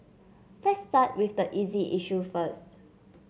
let's start with the easy issue first